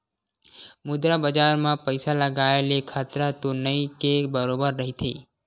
मुद्रा बजार म पइसा लगाय ले खतरा तो नइ के बरोबर रहिथे